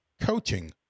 coaching